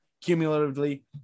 cumulatively